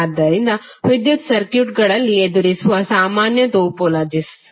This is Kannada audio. ಆದ್ದರಿಂದ ವಿದ್ಯುತ್ ಸರ್ಕ್ಯೂಟ್ಗಳಲ್ಲಿ ಎದುರಿಸುವ ಸಾಮಾನ್ಯ ಟೊಪೊಲಾಜಿಸ್